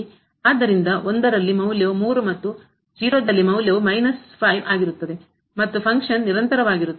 ಆದ್ದರಿಂದ ರಲ್ಲಿ ಮೌಲ್ಯವು ಮತ್ತು ದಲ್ಲಿ ಮೌಲ್ಯವು ಆಗಿರುತ್ತದೆ ಮತ್ತು ಫಂಕ್ಷನ್ ಕಾರ್ಯವು ನಿರಂತರವಾಗಿರುತ್ತದೆ